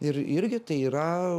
ir irgi tai yra